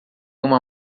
uma